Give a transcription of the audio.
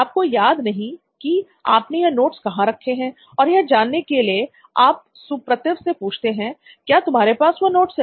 आपको याद नहीं कि आपने वह नोट्स कहां रखे हैं और यह जानने के लिए आप सुप्रतिव से पूछते हैं " क्या तुम्हारे पास वह नोट्स है